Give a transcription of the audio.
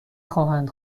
خواهند